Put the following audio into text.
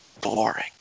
boring